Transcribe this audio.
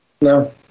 no